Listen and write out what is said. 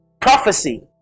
prophecy